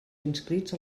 inscrits